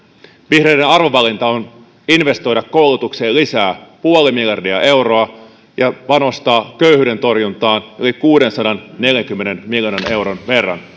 vihreiden arvovalinta on investoida koulutukseen lisää puoli miljardia euroa ja panostaa köyhyyden torjuntaan yli kuudensadanneljänkymmenen miljoonan euron verran